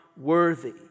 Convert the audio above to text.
worthy